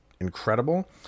incredible